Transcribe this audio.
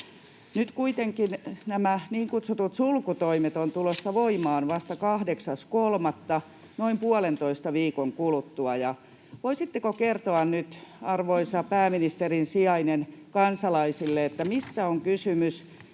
Nyt kuitenkin nämä niin kutsutut sulkutoimet ovat tulossa voimaan vasta 8.3., noin puolentoista viikon kuluttua. Voisitteko kertoa nyt, arvoisa pääministerin sijainen, kansalaisille, mistä on kysymys,